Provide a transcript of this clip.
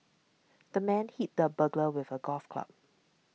the man hit the burglar with a golf club